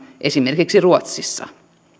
esimerkiksi ruotsissa